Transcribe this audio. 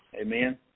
Amen